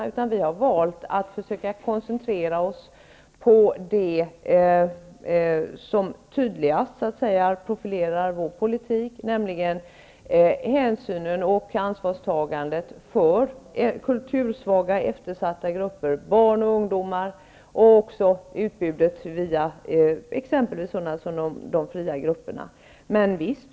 I stället har vi valt att försöka koncentrera oss på det som tydligast profilerar vår politik, nämligen hänsynen till och ansvarstagandet beträffande kultursvaga eftersatta grupper -- barn och ungdomar. Det gäller också utbudet via exempelvis de fria grupperna.